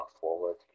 forward